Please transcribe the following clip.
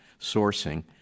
sourcing